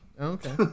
Okay